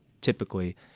typically